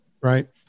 right